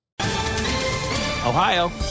Ohio